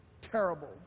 terrible